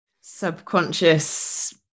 subconscious